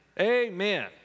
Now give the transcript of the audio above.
Amen